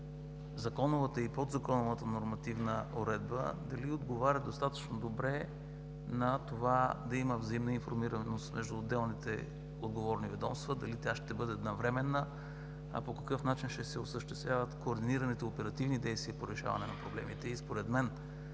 законовата и подзаконовата нормативна уредба дали отговаря достатъчно добре на това да има взаимна информираност между отделните отговорни ведомства, дали тя ще бъде навременна, по какъв начин ще се осъществяват координираните оперативни действия по решаване на проблемите.